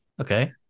okay